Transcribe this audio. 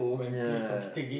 ya